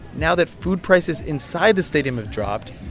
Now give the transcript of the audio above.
now that food prices inside the stadium have dropped,